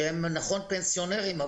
שעם הנחות פנסיונרים,